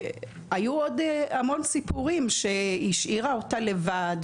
היו עוד המון סיפורים שהיא השאירה אותה לבד,